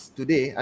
today